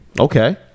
Okay